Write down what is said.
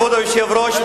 כבוד היושב-ראש,